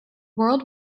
world